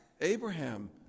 Abraham